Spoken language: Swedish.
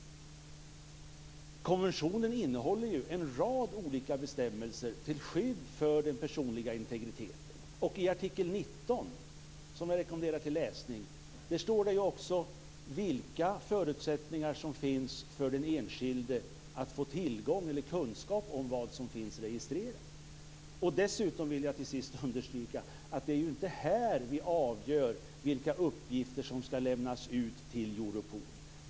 Konventionen innehåller ju en rad olika bestämmelser till skydd för den personliga integriteten. I artikel 19, som jag rekommenderar till läsning, står det också vilka förutsättningar som finns för den enskilde att få kunskap om vad som finns registrerat. Dessutom vill jag till sist understryka att det inte är här vi avgör vilka uppgifter som skall lämnas ut till Europol.